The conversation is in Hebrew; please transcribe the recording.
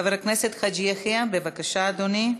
חבר הכנסת חאג' יחיא, בבקשה, אדוני.